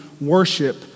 worship